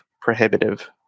prohibitive